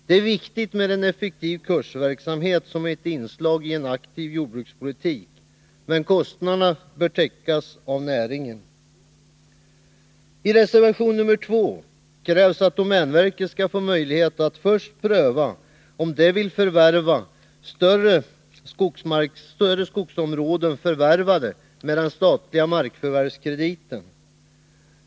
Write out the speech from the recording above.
Det är viktigt med en effektiv kursverksamhet som ett inslag i en aktiv jordbrukspolitik, men kostnaderna bör täckas av näringen. I reservation 2 krävs att domänverket först skall få möjlighet att pröva om man vill inköpa större skogsmarksområden förvärvade med den statliga markförvärvskrediten.